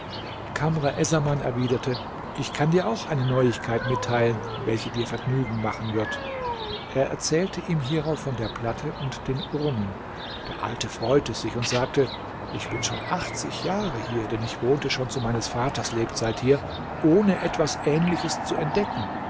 essaman erwiderte ich kann dir auch eine neuigkeit mitteilen welche dir vergnügen machen wird er erzählte ihm hierauf von der platte und den urnen der alte freute sich und sagte ich bin schon achtzig jahre hier denn ich wohnte schon zu meines vaters lebzeit hier ohne etwas ähnliches zu entdecken